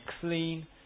clean